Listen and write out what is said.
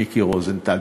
מיקי רוזנטל.